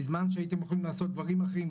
בזמן שהייתם יכולים לעשות דברים אחרים,